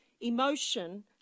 emotion